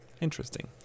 Interesting